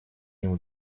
ним